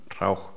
Rauch